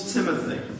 Timothy